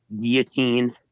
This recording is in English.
guillotine